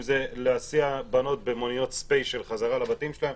אם זה להסיע בנות במוניות ספיישל חזרה לבתים שלהן,